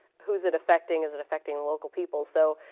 who's it affecting, is it affecting local people? so,